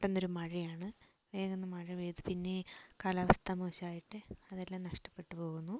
പെട്ടെന്നൊരു മഴയാണ് വേഗം ഒന്ന് മഴ പെയ്ത് പിന്നെ കാലാവസ്ഥ മോശായിട്ട് അതെല്ലാം നഷ്ടപ്പെട്ട് പോകുന്നു